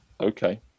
okay